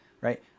right